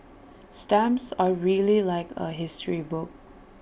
stamps are really like A history book